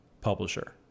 publisher